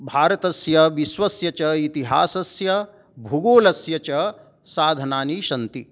भारतस्य विश्वस्य च इतिहासस्य भूगोलस्य च साधनानि सन्ति